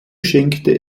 schenkte